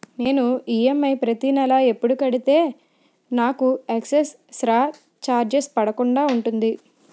నేను ఈ.ఎం.ఐ ప్రతి నెల ఎపుడు కడితే నాకు ఎక్స్ స్త్ర చార్జెస్ పడకుండా ఉంటుంది?